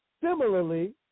Similarly